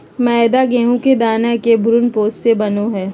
मैदा गेहूं के दाना के भ्रूणपोष से बनो हइ